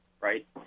right